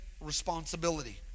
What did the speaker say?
responsibility